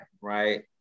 right